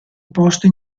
posto